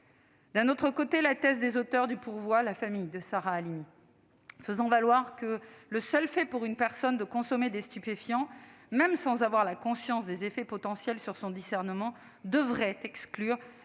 De l'autre côté, la thèse des auteurs du pourvoi, la famille de Sarah Halimi, fait valoir que le seul fait de consommer des stupéfiants, même sans avoir la conscience de leurs effets potentiels sur le discernement, devrait exclure